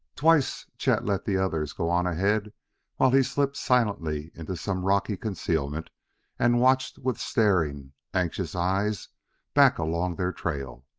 twice chet let the others go on ahead while he slipped silently into some rocky concealment and watched with staring, anxious eyes back along their trail.